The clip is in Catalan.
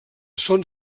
són